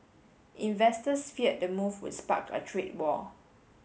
investors feared the move would spark a trade war